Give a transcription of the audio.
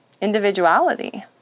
individuality